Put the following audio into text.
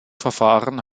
verfahren